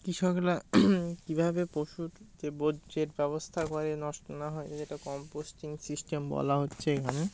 কৃষকরা কী ভাবে পশুর যে বর্জ্যের ব্যবস্থা করে নষ্ট না হয় যেটা কম্পোস্টিং সিস্টেম বলা হচ্ছে এখানে